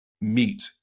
meet